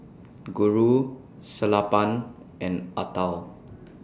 Guru Sellapan and Atal